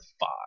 five